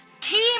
Team